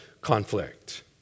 conflict